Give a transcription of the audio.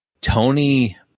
Tony